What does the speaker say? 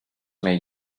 may